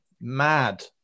mad